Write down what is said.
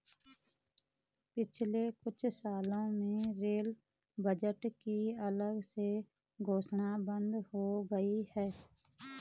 पिछले कुछ सालों में रेल बजट की अलग से घोषणा बंद हो गई है